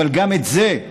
אבל גם את זה,